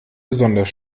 besonders